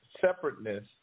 separateness